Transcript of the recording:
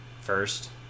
first